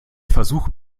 versucht